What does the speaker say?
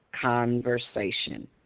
conversation